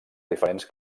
diferents